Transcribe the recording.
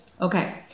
Okay